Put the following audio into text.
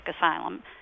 asylum